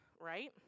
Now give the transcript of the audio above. Right